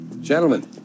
Gentlemen